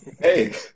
Hey